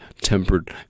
tempered